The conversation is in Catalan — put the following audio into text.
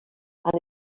han